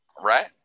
Right